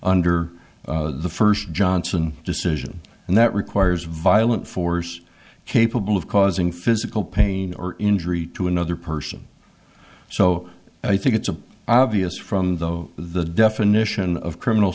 under the first johnson decision and that requires violent force capable of causing physical pain or injury to another person so i think it's an obvious from the the definition of criminal